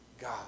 God